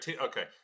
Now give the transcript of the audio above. Okay